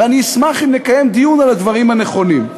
ואני אשמח אם נקיים דיון על הדברים הנכונים.